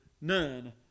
None